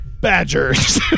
Badgers